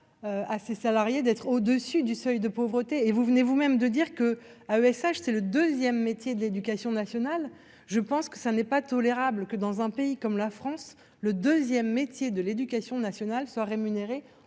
à ses salariés d'être au-dessus du seuil de pauvreté, et vous venez vous-même de dire que ah ESH c'est le 2ème métier de l'éducation nationale, je pense que ça n'est pas tolérable que dans un pays comme la France le 2ème métier de l'éducation nationale soit rémunéré en